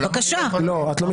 את לא מתערבת.